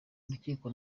urukiko